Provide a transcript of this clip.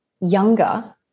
younger